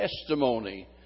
testimony